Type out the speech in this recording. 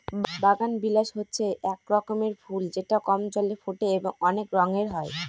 বাগানবিলাস হচ্ছে এক রকমের ফুল যেটা কম জলে ফোটে এবং অনেক রঙের হয়